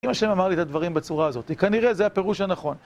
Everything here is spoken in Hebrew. אם השם אמר את הדברים בצורה הזאתי, כנראה זה הפירוש הנכון.